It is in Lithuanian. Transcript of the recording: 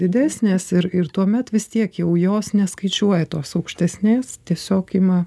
didesnės ir ir tuomet vis tiek jau jos neskaičiuoja tos aukštesnės tiesiog ima